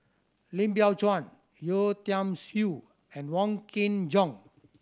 Lim Biow Chuan Yeo Tiam Siew and Wong Kin Jong